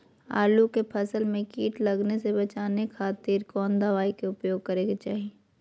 आलू के फसल में कीट लगने से बचावे खातिर कौन दवाई के उपयोग करे के चाही?